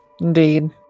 Indeed